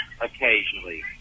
occasionally